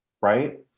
right